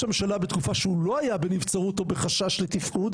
הממשלה בתקופה שהוא לא היה בנבצרות או בחשש לתפקוד